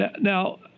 Now